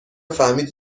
فهمیدی